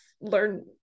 learn